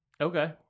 Okay